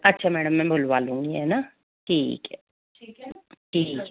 अच्छा मैडम मैं बुला लूँगी है ना ठीक है ठीक है